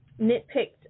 nitpicked